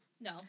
No